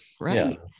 right